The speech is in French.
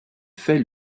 fait